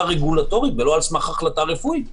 רגולטורית ולא על סמך החלטה רפואית.